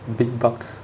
big bucks